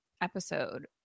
episode